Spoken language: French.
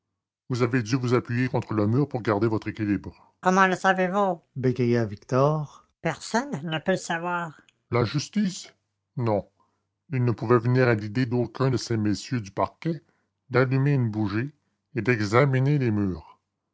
vous avez dû vous appuyer contre le mur pour garder votre équilibre comment le savez-vous bégaya victor personne ne peut le savoir la justice non il ne pouvait venir à l'idée d'aucun de ces messieurs du parquet d'allumer une bougie et d'examiner les murs